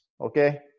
okay